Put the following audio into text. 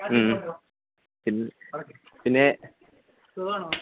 പിന്നെ പിന്നെ സുഖം ആണോ